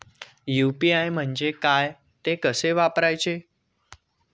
UPI म्हणजे काय, ते कसे वापरायचे?